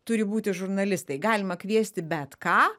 turi būti žurnalistai galima kviesti bet ką